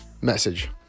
message